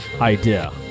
idea